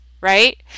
right